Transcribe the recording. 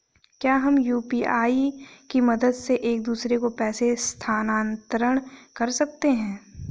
क्या हम यू.पी.आई की मदद से एक दूसरे को पैसे स्थानांतरण कर सकते हैं?